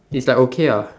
it's like okay ah